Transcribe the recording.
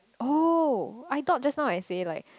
oh I thought just now I say like